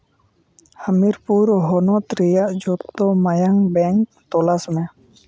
ᱦᱟᱹᱢᱤᱨᱯᱩᱨ ᱦᱚᱱᱚᱛ ᱨᱮᱭᱟᱜ ᱡᱚᱛᱚ ᱢᱟᱭᱟᱢ ᱵᱮᱝᱠ ᱛᱚᱞᱟᱥ ᱢᱮ